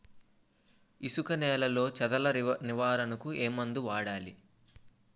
ఇసుక నేలలో చదల నివారణకు ఏ మందు వాడాలి?